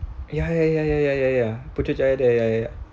ya ya ya ya ya ya ya putrajaya there ya ya